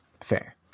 Fair